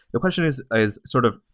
the question is is sort of,